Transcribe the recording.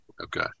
Okay